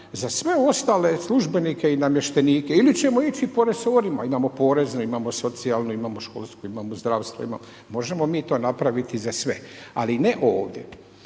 za sve ostale službenike i namještenike ili ćemo ići po resorima, imamo porezne, im socijalne, imamo školsku, imamo zdravstveno, možemo mi to napraviti za sve, ali ne ovdje.